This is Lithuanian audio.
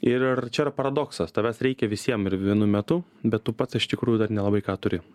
ir čia yra paradoksas tavęs reikia visiem ir vienu metu bet tu pats iš tikrųjų dar nelabai ką turi